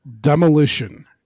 demolition